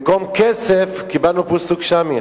במקום כסף קיבלנו פיסטוק-שאמי.